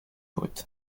brut